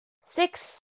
six